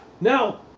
Now